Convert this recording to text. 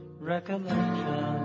recollection